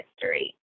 history